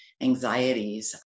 anxieties